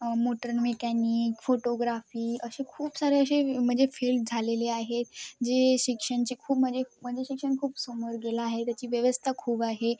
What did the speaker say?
motor mechanic photography असे खूप सारे असे म्हणजे फील्ड झालेले आहेत जे शिक्षणाचे खूप म्हणजे म्हणजे शिक्षण खूप समोर गेलं आहे त्याची व्यवस्था खूप आहे